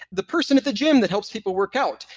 the person at the gym that helps people work out.